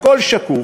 הכול שקוף,